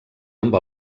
amb